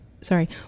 Sorry